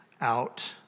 out